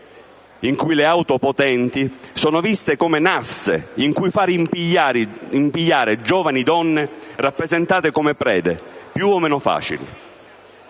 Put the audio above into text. e le auto potenti sono viste come nasse in cui far impigliare giovani donne rappresentate come prede più o meno facili.